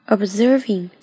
Observing